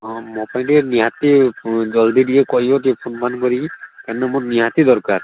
ହଁ ମୋ ପାଇଁ ଟିକିଏ ନିହାତି ଜଲଦି ଟିକିଏ କହିବ ଟିକିଏ ଫୋନ ଫାନ କରିକି କାରଣ ମୋର ନିହାତି ଦରକାର